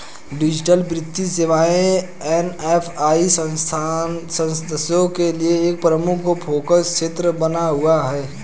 digital वित्तीय सेवाएं AFI सदस्यों के लिए एक प्रमुख फोकस क्षेत्र बना हुआ है